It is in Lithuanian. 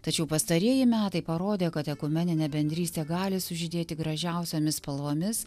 tačiau pastarieji metai parodė kad ekumeninė bendrystė gali sužydėti gražiausiomis spalvomis